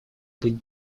быть